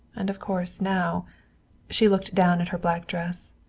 and of course now she looked down at her black dress.